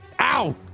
Ow